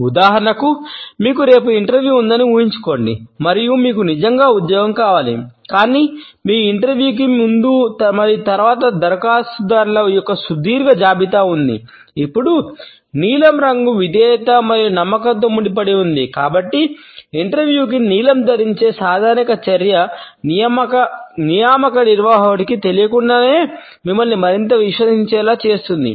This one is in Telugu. ఉదాహరణకు మీకు రేపు ఇంటర్వ్యూ నీలం ధరించే సాధారణ చర్య నియామక నిర్వాహకుడికి తెలియకుండానే మిమ్మల్ని మరింత విశ్వసించేలా చేస్తుంది